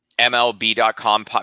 mlb.com